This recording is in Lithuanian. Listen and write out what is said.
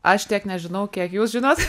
aš tiek nežinau kiek jūs žinot